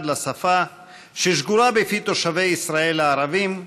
לשפה ששגורה בפי תושבי ישראל הערבים,